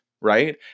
right